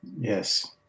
yes